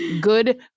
Good